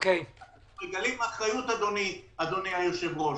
אנחנו מגלים אחריות, אדוני היושב-ראש.